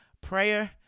prayer